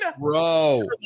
Bro